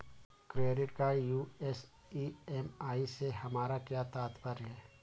Credit card US EMI से हमारा क्या तात्पर्य है?